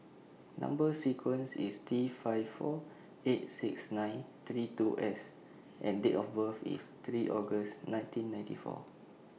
Number sequence IS T five four eight six nine three two S and Date of birth IS three August nineteen ninety four